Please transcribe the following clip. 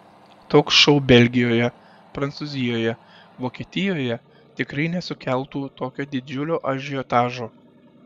toks šou belgijoje prancūzijoje vokietijoje tikrai nesukeltų tokio didžiulio ažiotažo